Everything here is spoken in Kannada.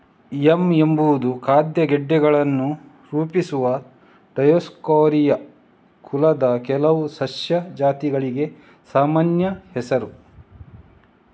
ಯಾಮ್ ಎಂಬುದು ಖಾದ್ಯ ಗೆಡ್ಡೆಗಳನ್ನು ರೂಪಿಸುವ ಡಯೋಸ್ಕೋರಿಯಾ ಕುಲದ ಕೆಲವು ಸಸ್ಯ ಜಾತಿಗಳಿಗೆ ಸಾಮಾನ್ಯ ಹೆಸರು